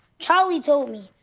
charlie told me.